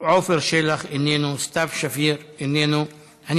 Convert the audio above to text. עפר שלח, איננו, סתיו שפיר, איננה.